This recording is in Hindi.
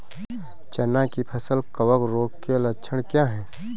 चना की फसल कवक रोग के लक्षण क्या है?